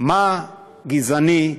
מה גזעני,